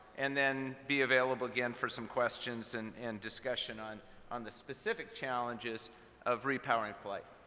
and then be available again for some questions and and discussion on on the specific challenges of re-powering flight.